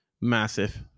massive